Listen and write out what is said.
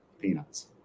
Peanuts